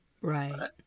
right